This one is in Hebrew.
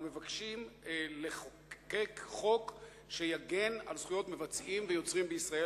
ומבקשים לחוקק חוק שיגן על זכויות מבצעים ויוצרים בישראל.